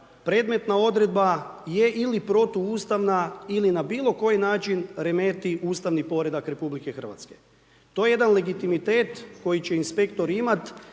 predmetna odredba je ili protuustavna ili na bilo koji način remeti Ustavni poredak RH. To je jedan legitimitet koji će inspektor imati